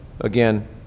Again